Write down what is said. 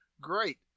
great